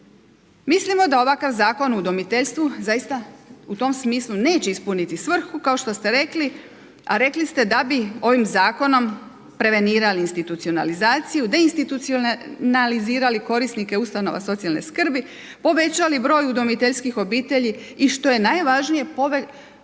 Mislimo da ovakav zakon o udomiteljstvu zaista u tom smislu neće ispuniti svrhu kao što ste rekli, a rekli ste da bi ovim zakonom prevenirali institucionalizaciju, deinstitucionalizirali korisnike ustanova socijalne skrbi, povećali broj udomiteljskih obitelji i što je najvažnije